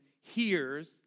hears